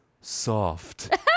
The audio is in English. soft